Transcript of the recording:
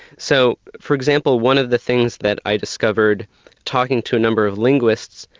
so for example, one of the things that i discovered talking to a number of linguists,